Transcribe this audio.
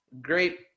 Great